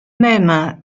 même